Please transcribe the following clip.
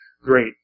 great